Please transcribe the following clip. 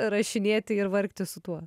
rašinėti ir vargti su tuo